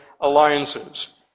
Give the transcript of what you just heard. alliances